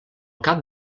cap